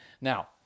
Now